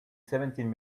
seventeen